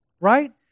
Right